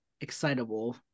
excitable